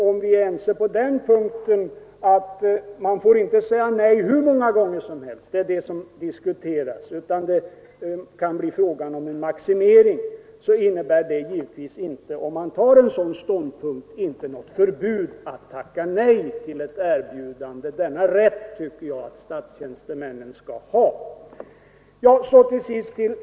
Om vi är ense på den punkten att man inte får säga nej hur många gånger som helst utan det kan bli fråga om en maximering — det är det som diskuteras — innebär givetvis inte en sådan ståndpunkt något förbud att tacka nej till ett erbjudande. Denna rätt tycker jag att statstjänstemännen skall ha även i fortsättningen.